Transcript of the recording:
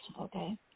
okay